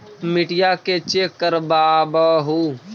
मिट्टीया के चेक करबाबहू?